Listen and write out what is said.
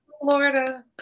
Florida